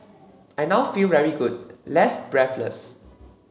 I now feel very good less breathless